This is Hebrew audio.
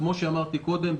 כפי שאמרתי קודם,